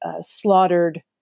slaughtered